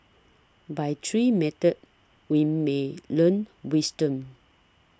by three methods we may learn wisdom